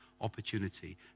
Opportunity